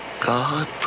God